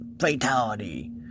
fatality